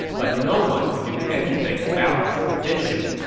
but no one could do anything about his condition,